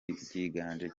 ryiganje